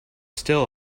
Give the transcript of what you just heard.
still